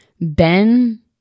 Ben